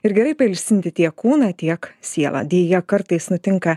ir gerai pailsinti tiek kūną tiek sielą deja kartais nutinka